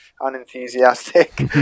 unenthusiastic